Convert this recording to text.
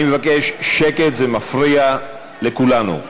אני מבקש שקט, זה מפריע לכולנו,